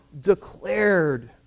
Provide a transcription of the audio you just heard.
declared